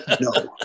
No